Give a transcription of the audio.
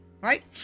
right